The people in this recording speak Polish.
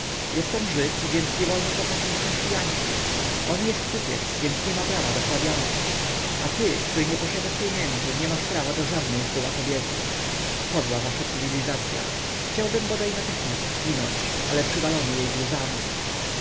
jestem żyd więc niewolno kochać mi chrześcianki on jest kupiec więc nie ma prawa do hrabianki a ty który nie posiadasz pieniędzy nie masz praw do żadnej zgoła kobiety podła wasza cywilizacya chciałbym bodaj natychmiast zginąć ale przywalony jej gruzami